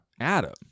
Adam